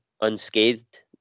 unscathed